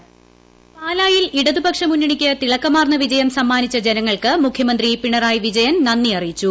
voice പാലായിൽ ഇടതുപക്ഷ മുന്ന്ണീയ്ക്ക് തിളക്കമാർന്ന വിജയം സമ്മാനിച്ച ജനങ്ങൾക്ക് മുഖ്യമന്ത്രി പിണറായി വിജയൻ നന്ദി അറിയിച്ചു